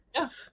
Yes